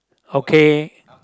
okay